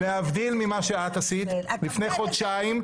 להבדיל ממה שאת עשית לפני חודשיים,